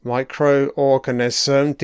Microorganism